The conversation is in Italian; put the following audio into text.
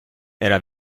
era